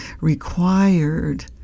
required